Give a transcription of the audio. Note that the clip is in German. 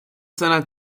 seiner